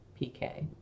PK